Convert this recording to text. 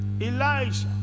Elijah